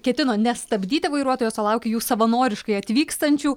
ketino nestabdyti vairuotojus o laukė jų savanoriškai atvykstančių